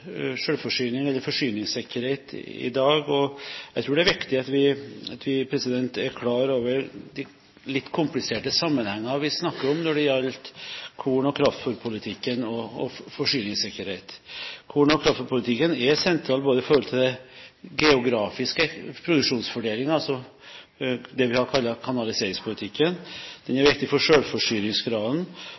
mye om forsyningssikkerhet i dag. Jeg tror det er viktig at vi er klar over de litt kompliserte sammenhengene vi snakker om når det gjelder korn- og kraftfôrpolitikk og forsyningssikkerhet. Korn- og kraftfôrpolitikken er sentral når det gjelder den geografiske produksjonsfordelingen, altså det vi har kalt kanaliseringspolitikken, den er viktig for